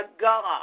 God